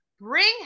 bring